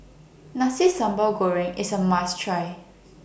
Nasi Sambal Goreng IS A must Try